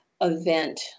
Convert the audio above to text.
event